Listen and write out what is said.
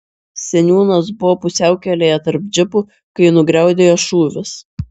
seniūnas buvo pusiaukelėje tarp džipų kai nugriaudėjo šūvis